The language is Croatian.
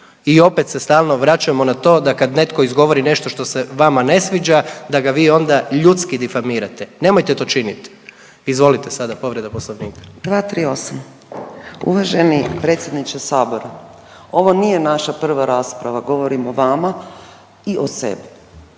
i opet se stalno vraćamo na to da kad netko izgovori nešto što se vama ne sviđa da ga vi onda ljudski difamirate. Nemojte to činit. Izvolite sada povreda poslovnika. **Raukar-Gamulin, Urša (Možemo!)** 238., uvaženi predsjedniče Sabora ovo nije naša prva rasprava govorim o vama i o sebi